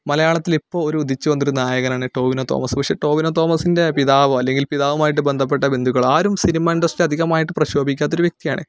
മലയാളത്തിൽ ഇപ്പോൾ ഒരു ഉദിച്ചു വന്ന ഒരു നായകനാണ് ടോവിനോ തോമസ് പക്ഷേ ടോവിനോ തോമസിൻ്റെ പിതാവോ അല്ലെങ്കിൽ പിതാവുമായിട്ട് ബന്ധപ്പെട്ട ബന്ധുക്കളോ ആരും സിനിമ ഇൻഡസ്ട്രിയൽ അധികമായിട്ട് പ്രശോഭിക്കാത്ത ഒരു വ്യക്തിയാണ്